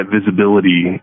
visibility